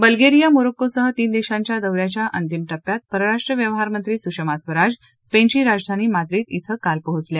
Bulgaria मोरक्कोसह तीन देशांच्या दौऱ्याच्या अंतिम धिऱ्यात परराष्ट्र व्यवहार मंत्री सुषमा स्वराज स्पेनची राजधानी माद्रिद इथं काल पोहोचल्या